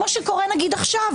כמו שקורה עכשיו למשל.